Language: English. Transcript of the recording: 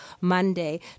monday